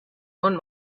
own